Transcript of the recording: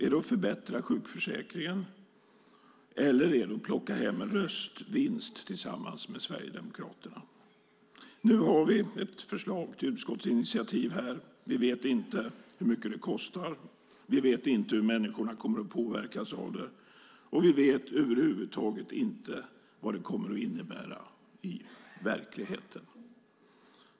Är det att förbättra sjukförsäkringen eller är det att plocka hem en röstvinst tillsammans med Sverigedemokraterna? Nu har vi ett förslag till utskottsinitiativ. Vi vet inte hur mycket det kostar, vi vet inte hur människorna kommer att påverkas av det och vi vet över huvud taget inte vad det kommer att innebära i verkligheten.